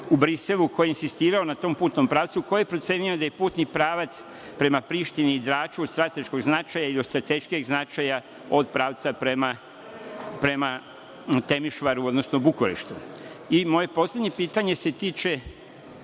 u Briselu ko je insistirao na tom putnom pravcu, ko je procenio da je putni pravac prema Prištini i Draču od strateškog značaja i od strateškijeg značaja od pravca prema Temišvaru, odnosno Bukureštu. Moje poslednje pitanje,